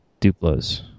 duplos